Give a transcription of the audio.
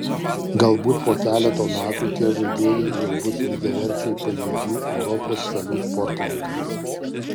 galbūt po keleto metų tie žaidėjai jau bus lygiaverčiai pajėgių europos šalių sportininkams